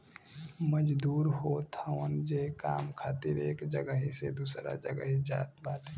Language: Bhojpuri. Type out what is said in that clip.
मजदूर होत हवन जे काम खातिर एक जगही से दूसरा जगही जात बाटे